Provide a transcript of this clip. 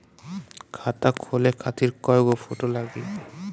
खाता खोले खातिर कय गो फोटो लागी?